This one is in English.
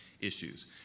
issues